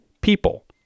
people